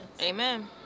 Amen